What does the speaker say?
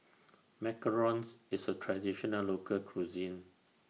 Macarons IS A Traditional Local Cuisine